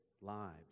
lives